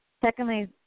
Secondly